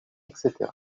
etc